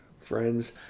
friends